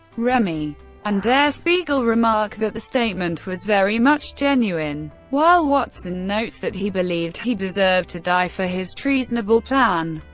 remy and der spiegel remark that the statement was very much genuine, while watson notes that he believed he deserved to die for his treasonable plan.